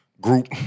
group